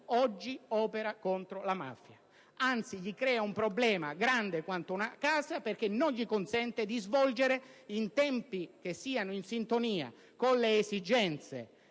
oggi opera contro la mafia. Anzi, crea un problema enorme perché non consente di svolgere, in tempi che siano in sintonia con le esigenze